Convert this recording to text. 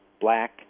black